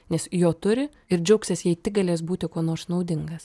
nes jo turi ir džiaugsis jei tik galės būti kuo nors naudingas